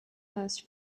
most